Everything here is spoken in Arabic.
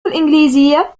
الإنجليزية